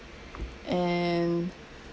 and